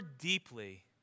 deeply